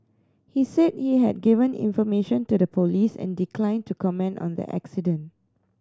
he said he had given information to the police and declined to comment on the accident